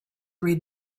read